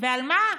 על מה?